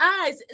eyes